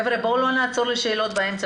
חבר'ה, בואו לא נעצור לשאלות באמצע.